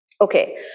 Okay